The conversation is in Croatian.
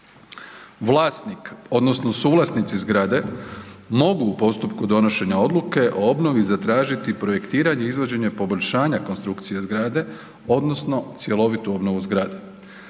Vlasnik odnosno suvlasnici zgrade mogu u postupku donošenja odluke o obnovi zatražiti projektiranje izvođenja poboljšanja konstrukcije zgrade odnosno cjelovitu obnovu zgrade.